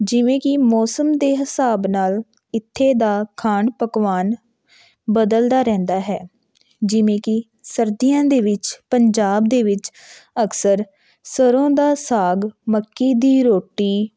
ਜਿਵੇਂ ਕਿ ਮੌਸਮ ਦੇ ਹਿਸਾਬ ਨਾਲ ਇੱਥੇ ਦਾ ਖਾਣ ਪਕਵਾਨ ਬਦਲਦਾ ਰਹਿੰਦਾ ਹੈ ਜਿਵੇਂ ਕਿ ਸਰਦੀਆਂ ਦੇ ਵਿੱਚ ਪੰਜਾਬ ਦੇ ਵਿੱਚ ਅਕਸਰ ਸਰ੍ਹੋਂ ਦਾ ਸਾਗ ਮੱਕੀ ਦੀ ਰੋਟੀ